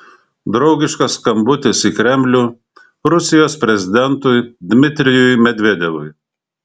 draugiškas skambutis į kremlių rusijos prezidentui dmitrijui medvedevui